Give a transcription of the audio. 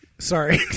Sorry